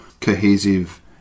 cohesive